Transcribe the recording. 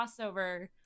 crossover